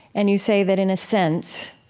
and you say that, in a sense,